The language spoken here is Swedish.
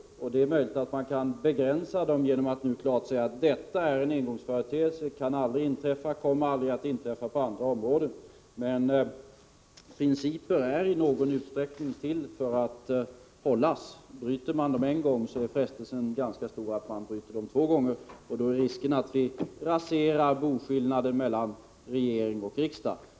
Det är möjligt att man kan begränsa dem genom att nu klart säga att detta är en engångsföreteelse som aldrig kan inträffa — den kommer aldrig att inträffa på andra områden. Men principer är i någon utsträckning till för att hållas. Bryter man mot dem en gång är frestelsen ganska stor att man bryter mot dem två gånger. Då är risken att vi raserar boskillnaden mellan regering och riksdag.